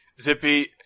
Zippy